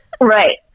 Right